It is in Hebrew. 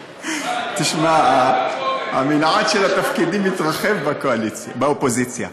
תשמע, המנעד של התפקידים מתרחב באופוזיציה.